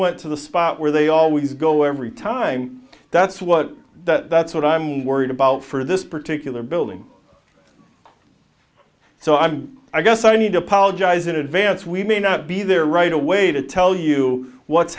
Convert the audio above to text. went to the spot where they always go every time that's what that's what i'm worried about for this particular building so i'm i guess i need to apologize in advance we may not be there right away to tell you what's